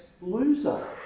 loser